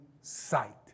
sight